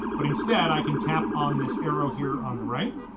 but instead, i can tap on this arrow here on the right.